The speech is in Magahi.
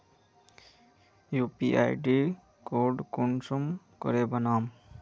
यु.पी.आई कोड कुंसम करे बनाम?